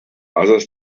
others